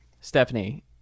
Stephanie